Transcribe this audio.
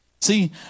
See